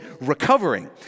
recovering